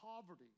poverty